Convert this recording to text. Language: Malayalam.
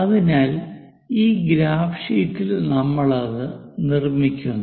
അതിനാൽ ഈ ഗ്രാഫ് ഷീറ്റിൽ നമ്മൾ അത് നിർമ്മിക്കുന്നു